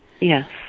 Yes